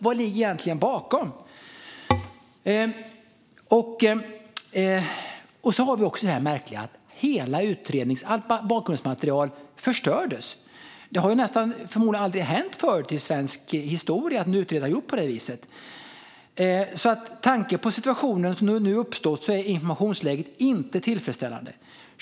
Vad ligger egentligen bakom? Vi har också det märkliga att hela utredningsmaterialet, allt bakgrundsmaterial, förstördes. Det har förmodligen aldrig hänt förut i svensk historia att en utredare gjort på det viset. Med tanke på situationen som nu uppstått är informationsläget inte tillfredsställande.